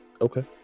Okay